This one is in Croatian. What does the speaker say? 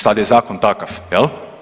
Sad je zakon takav jel.